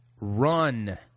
run